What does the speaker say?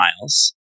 miles